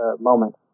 moment